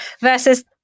versus